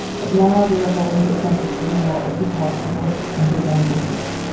but now derek worries that trump is bringing out what he calls people's underground racism